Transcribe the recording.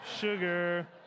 sugar